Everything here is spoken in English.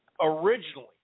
originally